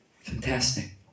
fantastic